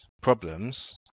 problems